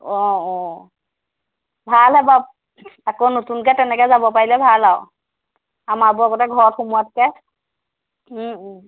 অঁ অঁ ভাল হ'ব আকৌ নতুনকৈ তেনেকৈ যাব পাৰিলে ভাল আৰু আমাৰবোৰ আগতে ঘৰত সোমোৱাতকৈ